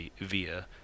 via